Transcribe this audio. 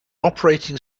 operating